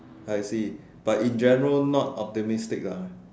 I see but in general not optimistic lah